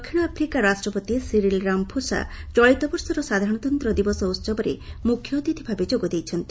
ଦକ୍ଷିଣ ଆଫ୍ରିକା ରାଷ୍ଟ୍ରପତି Cyril Ramaphosa ଚଳିତ ବର୍ଷର ସାଧାରଣତନ୍ତ୍ର ଦିବସ ଉତ୍ସବରେ ମୁଖ୍ୟ ଅତିଥି ଭାବେ ଯୋଗ ଦେଇଛନ୍ତି